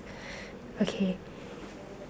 okay